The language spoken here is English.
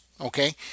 okay